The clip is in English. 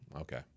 Okay